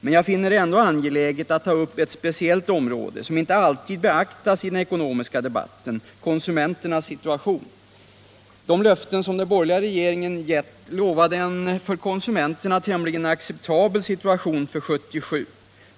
Men jag finner det ändå angeläget att ta upp ett speciellt område som inte alltid beaktas i den ekonomiska debatten — konsumenternas situation. De löften som den borgerliga regeringen gav lovade en för konsumenterna tämligen acceptabel situation för 1977.